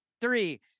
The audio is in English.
three